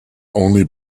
only